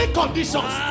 conditions